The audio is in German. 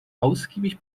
ausgiebig